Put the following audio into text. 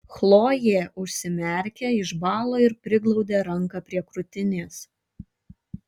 chlojė užsimerkė išbalo ir priglaudė ranką prie krūtinės